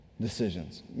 decisions